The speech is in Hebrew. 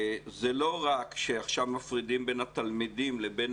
זה לא רק שמפרידים בין התלמידים לבין